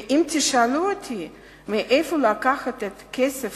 ואם תשאלו אותי מאיפה לקחת את הכסף